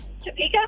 Topeka